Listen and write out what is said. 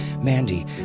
Mandy